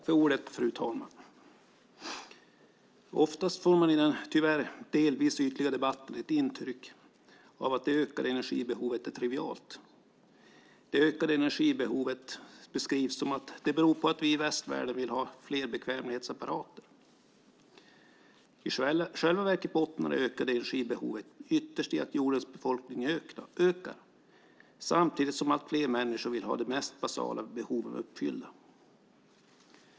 Fru talman! Oftast får man i den tyvärr delvis ytliga debatten ett intryck av att det ökade energibehovet är trivialt. Det ökade energibehovet beskrivs så att det beror på att vi i västvärlden vill ha fler bekvämlighetsapparater. I själva verket bottnar det ökade energibehovet ytterst i att jordens befolkning ökar samtidigt som allt fler människor vill ha de mest basala behoven uppfyllda.